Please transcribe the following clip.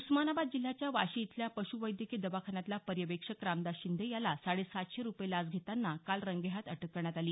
उस्मानाबाद जिल्ह्याच्या वाशी इथल्या पशू वैद्यकीय दवाखान्यातला पर्यवेक्षक रामदास शिंदे याला साडे सातशे रुपये लाच घेताना काल रंगेहाथ अटक करण्यात आली